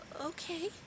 Okay